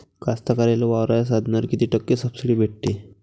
कास्तकाराइले वावराच्या साधनावर कीती टक्के सब्सिडी भेटते?